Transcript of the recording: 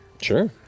Sure